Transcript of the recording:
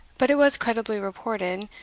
but it was credibly reported,